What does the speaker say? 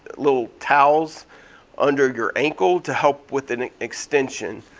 little towels under your ankle to help with an extension.